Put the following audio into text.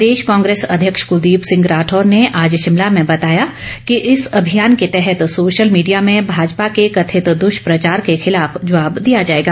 प्रदेश कांग्रेस अध्यक्ष कलदीप सिंह राठौर ने आज शिमला में बताया कि इस अभियान के तहत सोशल मीडिया में भाजपा के कथित दृष्पचार के खिलाफ जवाब दिया जाएगा